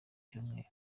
cyumweru